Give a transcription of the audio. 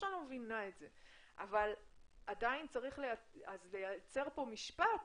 אבל עדין צריך לייצר משפט